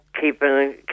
keeping